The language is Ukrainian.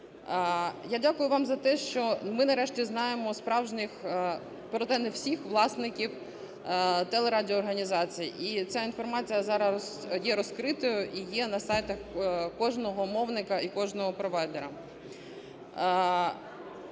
Я дякую вам за те, що ми нарешті знаємо справжніх, проте не всіх, власників телерадіоорганізацій, і ця інформація зараз є розкритою і є на сайтах кожного мовника і кожного провайдера.